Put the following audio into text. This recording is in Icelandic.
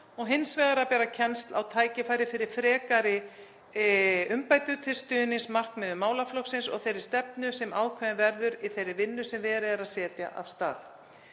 og hins vegar að bera kennsl á tækifæri fyrir frekari umbætur til stuðnings markmiðum málaflokksins og þeirri stefnu sem ákveðin verður í þeirri vinnu sem verið er að setja af stað.